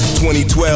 2012